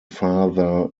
father